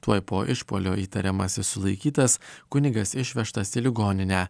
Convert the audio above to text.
tuoj po išpuolio įtariamasis sulaikytas kunigas išvežtas į ligoninę